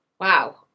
Wow